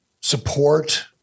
support